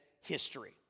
history